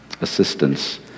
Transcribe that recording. assistance